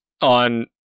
on